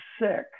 sick